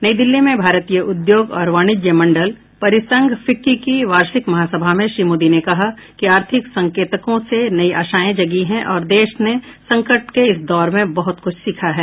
नई दिल्ली में भारतीय उद्योग और वाणिज्य मण्डल परिसंघ फिक्की की वार्षिक महासभा में श्री मोदी ने कहा कि आर्थिक संकेतकों से नयी आशाएं जगी हैं और देश ने संकट के इस दौर में बहुत कुछ सीखा है